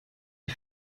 les